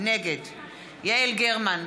נגד יעל גרמן,